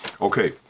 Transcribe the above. okay